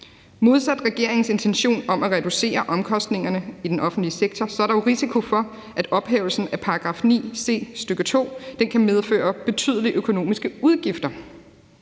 Modsat regeringens intention om at reducere omkostningerne i den offentlige sektor er der jo risiko for, at ophævelsen af § 9 c, stk. 2, kan medføre betydelige økonomiske udgifter.